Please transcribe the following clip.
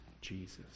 Jesus